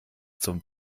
zum